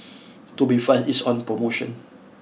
Tubifast is on promotion